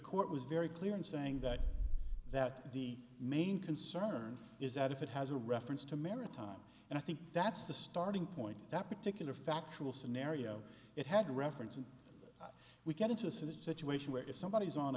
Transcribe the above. court was very clear in saying that that the main concern is that if it has a reference to maritime and i think that's the starting point that particular factual scenario it had reference and we get into a situation where somebody